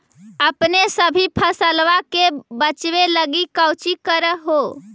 अपने सभी फसलबा के बच्बे लगी कौची कर हो?